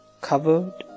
covered